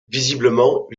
visiblement